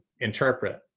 interpret